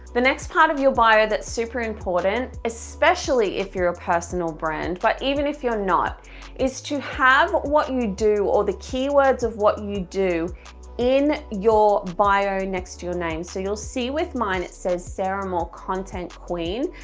the next part of your bio that's super important especially if you're a personal brand but even if you're not is to have what you do or the keywords of what you do in your bio next to your name so you'll see with mine it says sarah moore content queen,